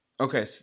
Okay